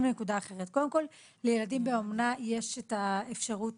קודם כל לילדים באומנה יש את האפשרות